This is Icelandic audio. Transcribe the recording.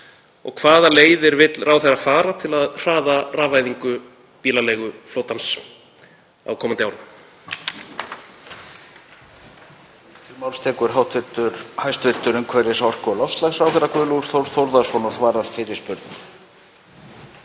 Hvaða leiðir vill ráðherra fara til að hraða rafvæðingu bílaleiguflotans á komandi árum?